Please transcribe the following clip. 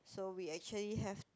so we actually have